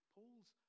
Paul's